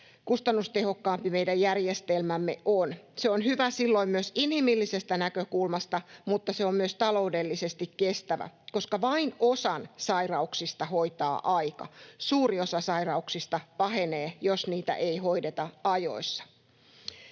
kustannustehokkaampi meidän järjestelmämme on. Se on hyvä silloin myös inhimillisestä näkökulmasta, mutta se on myös taloudellisesti kestävä, koska vain osan sairauksista hoitaa aika, suuri osa sairauksista pahenee, jos niitä ei hoideta ajoissa.